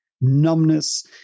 numbness